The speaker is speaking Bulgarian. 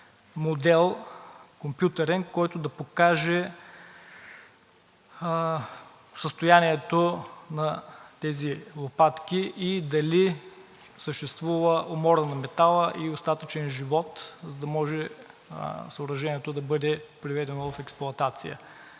модел, който да покаже състоянието на тези лопатки – дали съществува умора на метала и остатъчен живот, за да може съоръжението да бъде приведено в експлоатация.